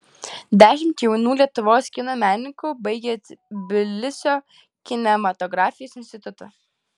dešimt jaunų lietuvos kino menininkų baigė tbilisio kinematografijos institutą